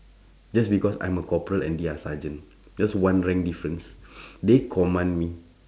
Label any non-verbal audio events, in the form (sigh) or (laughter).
just because I'm a corporal and they are sergeant just one rank difference (breath) they command me